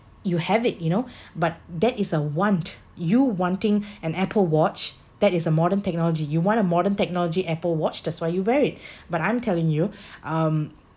you have it you know but that is a want you wanting an apple watch that is a modern technology you want a modern technology apple watch that's why you wear it but I'm telling you um